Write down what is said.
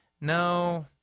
No